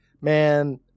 Man